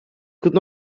could